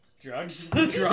Drugs